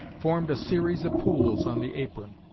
formed a series of pools on the apron.